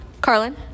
Carlin